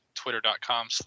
twitter.com